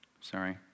Sorry